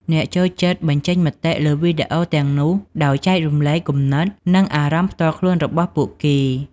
អ្នកចូលចិត្តបញ្ចេញមតិលើវីដេអូទាំងនោះ ដោយ ចែករំលែកគំនិត និងអារម្មណ៍ផ្ទាល់ខ្លួនរបស់ពួកគេ។